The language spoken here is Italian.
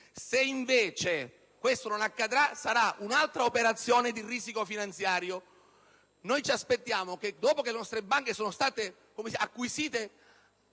Se ciò non accadrà sarà un'altra operazione di Risiko finanziario. Ci aspettiamo che, dopo che le nostre banche sono state acquisite